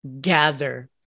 gather